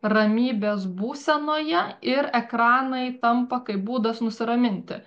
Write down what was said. ramybės būsenoje ir ekranai tampa kaip būdas nusiraminti